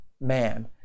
man